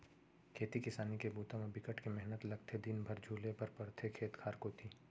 खेती किसान के बूता म बिकट के मेहनत लगथे दिन भर झुले बर परथे खेत खार कोती